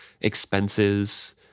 expenses